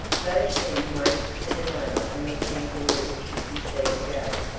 both men waited for the moment when the kangaroo should be seen again.